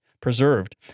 preserved